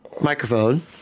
microphone